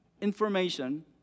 Information